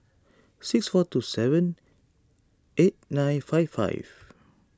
six four two seven eight nine five five